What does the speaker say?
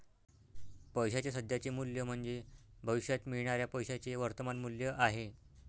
पैशाचे सध्याचे मूल्य म्हणजे भविष्यात मिळणाऱ्या पैशाचे वर्तमान मूल्य आहे